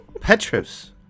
Petrus